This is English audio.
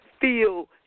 feel